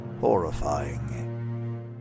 horrifying